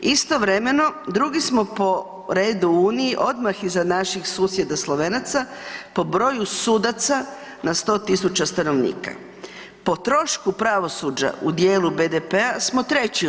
Istovremeno drugi smo po redu u Uniji, odmah iza naših susjeda Slovenaca po broju sudaca na 100.000 stanovnika, po trošku pravosuđa u dijelu BDP-a smo treći u